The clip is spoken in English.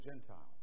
Gentile